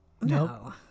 No